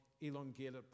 elongated